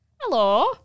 Hello